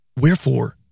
Wherefore